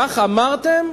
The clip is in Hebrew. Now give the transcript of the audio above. כך אמרתם,